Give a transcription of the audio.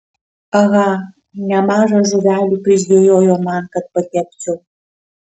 aha nemaža žuvelių prižvejojo man kad pakepčiau